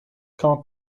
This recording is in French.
quand